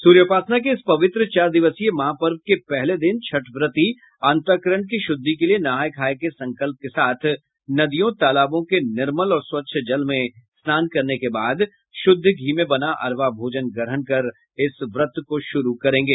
सूर्योपासना के इस पवित्र चार दिवसीय महापर्व के पहले दिन छठव्रती नर नारी अंतःकरण की शुद्धि के लिए नहाय खाय के संकल्प के साथ नदियों तालाबों के निर्मल और स्वच्छ जल में स्नान करने के बाद शुद्ध घी में बना अरवा भोजन ग्रहण कर इस व्रत को शुरू करेंगे